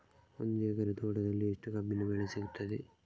ಒಂದು ಎಕರೆ ತೋಟದಲ್ಲಿ ಎಷ್ಟು ಕಬ್ಬಿನ ಬೆಳೆ ಸಿಗುತ್ತದೆ?